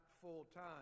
full-time